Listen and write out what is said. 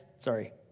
Sorry